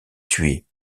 tués